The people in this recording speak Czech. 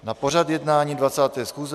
Na pořad jednání 20. schůze